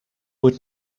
would